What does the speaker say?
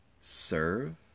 serve